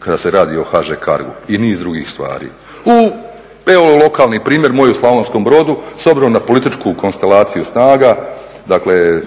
kada se radi o HŽ Cargu i niz drugih stvari. U …, primjer moj u Slavonskom Brodu, s obzirom na političku konstelaciju snaga, dakle